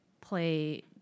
play